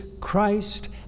Christ